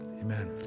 Amen